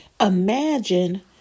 Imagine